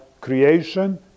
creation